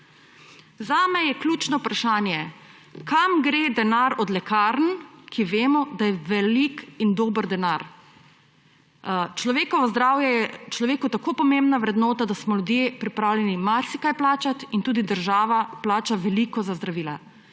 Zame je ključno vprašanje, kam gre denar od lekarn, ki vemo, da je velik in dober denar. Človekovo zdravje je človeku tako pomembna vrednota, da smo ljudje pripravljeni marsikaj plačati in tudi država plača veliko za zdravila.